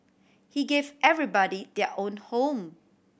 he gave everybody their own home